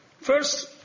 First